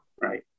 right